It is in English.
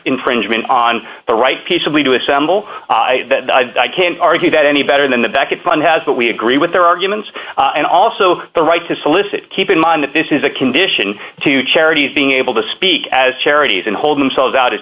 infringement on the right peaceably to assemble i can't argue that any better than the becket fund has but we agree with their arguments and also the right to solicit keep in mind that this is a condition to charities being able to speak as charities and hold themselves out